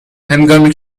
هنگامی